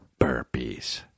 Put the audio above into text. burpees